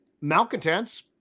malcontents